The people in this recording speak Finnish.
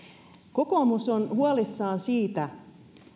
kokoomus on huolissaan siitä